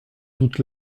doute